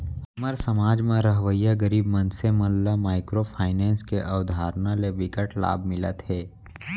हमर समाज म रहवइया गरीब मनसे मन ल माइक्रो फाइनेंस के अवधारना ले बिकट लाभ मिलत हे